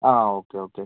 ആ okay okay